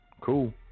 Cool